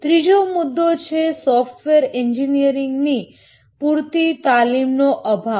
ત્રીજો મુદ્દો છે સોફ્ટવેર એન્જિનિયરિંગની પૂરતી તાલીમનો અભાવ